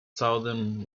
southern